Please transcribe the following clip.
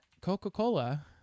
Coca-Cola